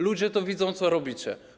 Ludzie widzą, co robicie.